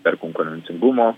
per konkurencingumo